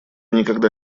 никогда